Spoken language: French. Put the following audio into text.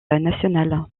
nationale